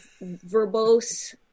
verbose